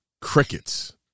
crickets